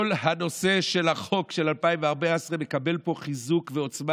כל הנושא של החוק של 2014 מקבל פה חיזוק ועוצמה